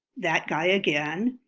that guy again.